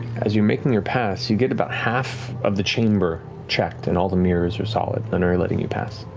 as you're making your pass, you get about half of the chamber checked and all the mirrors are solid. none are letting you pass.